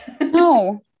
No